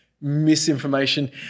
misinformation